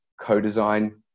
co-design